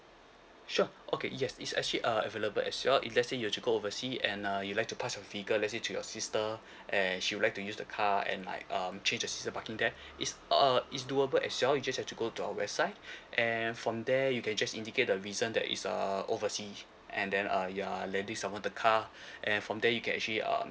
sure okay yes is actually uh available as well if let say you were to go oversea and uh you'd like to pass your vehicle let say to your sister and she would like to use the car and like um change the season parking there it's uh it's doable as well you just have to go to our website and from there you can just indicate the reason that is uh oversea and then uh you're lending someone the car and from there you can actually um